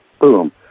Boom